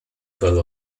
twelve